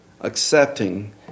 accepting